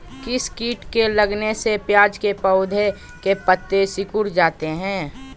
किस किट के लगने से प्याज के पौधे के पत्ते सिकुड़ जाता है?